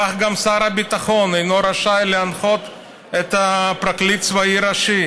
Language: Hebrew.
כך גם שר הביטחון אינו רשאי להנחות את הפרקליט הצבאי הראשי,